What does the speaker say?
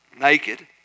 naked